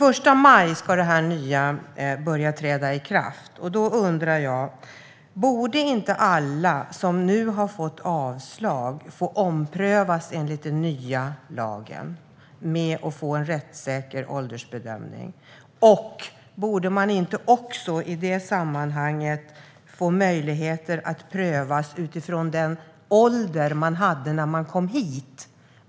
Den 1 maj ska detta nya träda i kraft, och därför undrar jag om inte alla som nu har fått avslag borde få omprövas enligt den nya lagen och få en rättssäker åldersbedömning. Borde man inte i det sammanhanget också få möjlighet att prövas utifrån den ålder man hade när man kom hit?